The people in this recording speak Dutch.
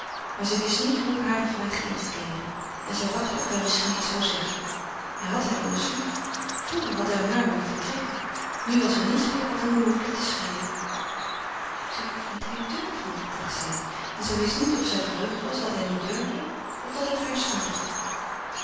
maar zij wist niet hoe hare vraag in te kleeden en zij wachtte of hij misschien iets zou zeggen hij had haar immers lief vroeger had hij om haar willen vertrekken nu was er niets meer wat hen behoefde te scheiden hij durft niet hij durft niet dacht zij en zij wist niet of zij verheugd was dat hij niet durfde of dat het haar smartte